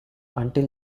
until